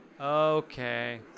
Okay